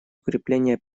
укрепления